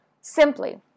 simply